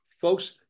folks